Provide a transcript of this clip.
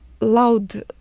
loud